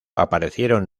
aparecieron